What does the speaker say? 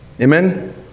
Amen